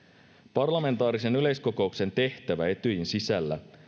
parlamentaarisen yleiskokouksen tehtävä etyjin sisällä